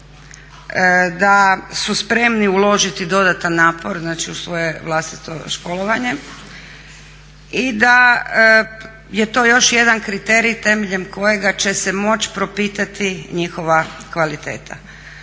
da su spremni uložiti dodatan napor u svoje vlastito školovanje i da je to još jedan kriterij temeljem kojega će se moći propitati njihova kvaliteta.